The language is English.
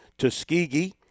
Tuskegee